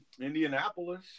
Indianapolis